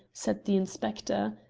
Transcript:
said the inspector.